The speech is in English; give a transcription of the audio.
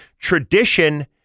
tradition